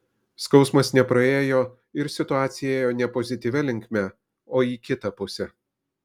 skausmas nepraėjo ir situacija ėjo ne pozityvia linkme o į kitą pusę